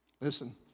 listen